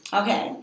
okay